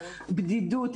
בדידות,